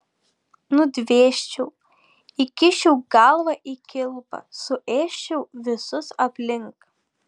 nudvėsčiau įkiščiau galvą į kilpą suėsčiau visus aplink